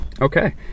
Okay